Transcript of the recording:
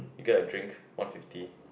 you get a drink one fifty